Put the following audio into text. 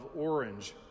orange